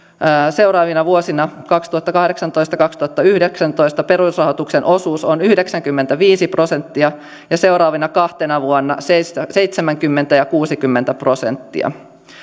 seuraavina vuosina kaksituhattakahdeksantoista viiva kaksituhattayhdeksäntoista perusrahoituksen osuus on yhdeksänkymmentäviisi prosenttia ja seuraavina kahtena vuonna seitsemänkymmentä ja kuusikymmentä prosenttia